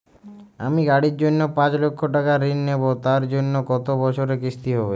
আমি গাড়ির জন্য পাঁচ লক্ষ টাকা ঋণ নেবো তার জন্য কতো বছরের কিস্তি হবে?